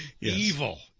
Evil